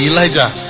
Elijah